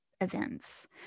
events